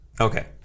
okay